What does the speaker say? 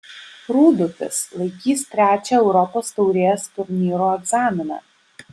rūdupis laikys trečią europos taurės turnyro egzaminą